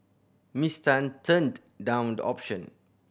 Miss Tan turned down the option